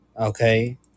Okay